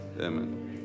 Amen